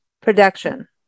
production